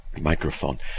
microphone